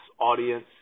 audience